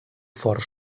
fort